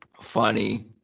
funny